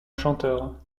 chanteur